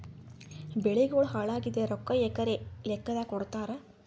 ಬೆಳಿಗೋಳ ಹಾಳಾಗಿದ ರೊಕ್ಕಾ ಎಕರ ಲೆಕ್ಕಾದಾಗ ಕೊಡುತ್ತಾರ?